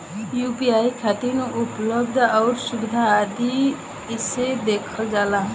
UPI खातिर उपलब्ध आउर सुविधा आदि कइसे देखल जाइ?